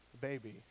baby